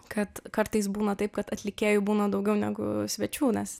kad kartais būna taip kad atlikėjų būna daugiau negu svečių nes